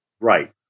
Right